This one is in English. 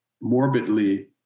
morbidly